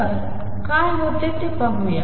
तर काय होते ते पाहूया